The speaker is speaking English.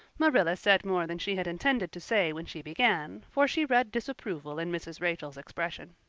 marilla said more than she had intended to say when she began, for she read disapproval in mrs. rachel's expression.